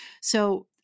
So-